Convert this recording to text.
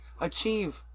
achieve